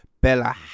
Bella